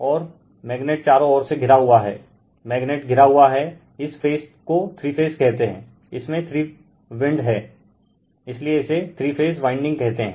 और मैगनेट चारो और से घिरा हुआ है मैगनेट घिरा हुआ हैं इस फेज को थ्री फेज कहते हैं इसमे थ्री विंड हैं इसलिए इसे थ्री फेज वाइंडिग कहते हैं